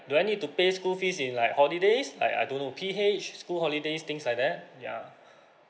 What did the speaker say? do I need to pay school fees in like holidays I I don't know P_H school holidays things like that yeah